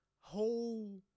whole